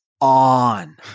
on